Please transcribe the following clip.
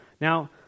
Now